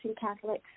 Catholics